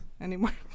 anymore